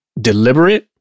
deliberate